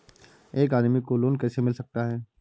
एक आदमी को लोन कैसे मिल सकता है?